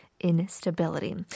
instability